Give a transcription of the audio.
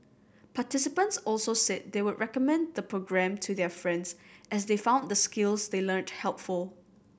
participants also said they would recommend the programme to their friends as they found the skills they learnt helpful